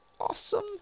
awesome